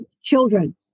children